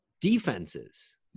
Defenses